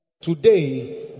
today